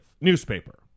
newspaper